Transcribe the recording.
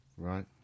Right